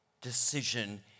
decision